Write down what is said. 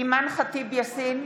אימאן ח'טיב יאסין,